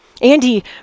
Andy